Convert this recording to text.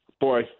Boy